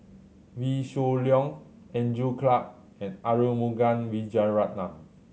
Wee Shoo Leong Andrew Clarke and Arumugam Vijiaratnam